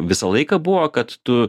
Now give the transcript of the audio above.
visą laiką buvo kad tu